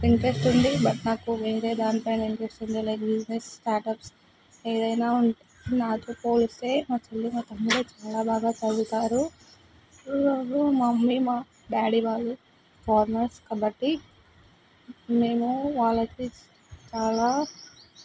interest ఉంది but నాకు వేరే దానిపైన ఇంట్రెస్ట్ ఉంది లైక్ బిజినెస్ స్టార్ట్అప్స్ ఏదైనా నాతో పోలిస్తే నా చెల్లి నా తమ్ముడే చాలా బాగా చదువుతారు మా మమ్మీ మా డాడీ వాళ్ళు ఫార్మర్స్ కాబట్టి నేను వాళ్ళకి చాలా